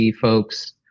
folks